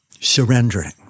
surrendering